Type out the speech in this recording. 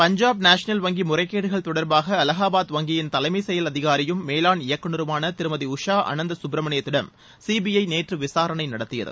Punjab national வங்கி முறைகேடுகள் தொடர்பாக அலகாபாத் வங்கியின் தலைமைச் செயல் அதிகாரியும் மேவாண் இயக்குநருமான திருமதி உஷா அனந்த சுப்ரமணியத்திடம் சீபிஐ நேற்று விசாரணை நடத்தியது